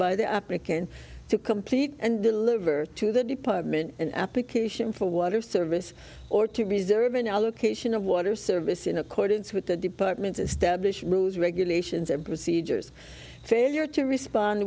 by the applicant to complete and deliver to the department an application for water service or to reserve an allocation of water service in accordance with the department's established rules regulations and procedures they are to respond